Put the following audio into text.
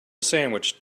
sandwich